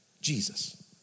Jesus